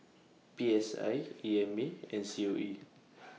P S I E M A and C O E